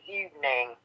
evening